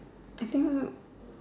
I think